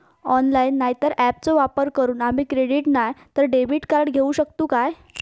Online नाय तर ऍपचो वापर करून आम्ही क्रेडिट नाय तर डेबिट कार्ड घेऊ शकतो का?